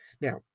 Now